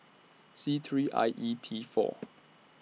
C three I E T four